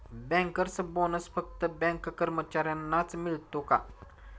Bankers bonus फक्त bank कर्मचाऱ्यांनाच मिळतो का?